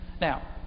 Now